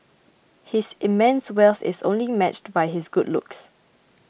his immense wealth is only matched by his good looks